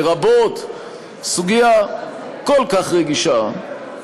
לרבות סוגיה כל כך רגישה,